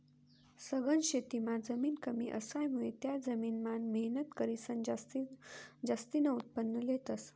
सघन शेतीमां जमीन कमी असामुये त्या जमीन मान मेहनत करीसन जास्तीन उत्पन्न लेतस